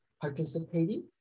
participating